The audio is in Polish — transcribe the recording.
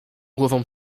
głową